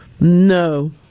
No